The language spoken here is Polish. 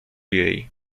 jej